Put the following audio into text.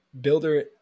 Builder